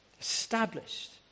established